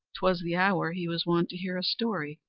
twas the hour he was wont to hear a story,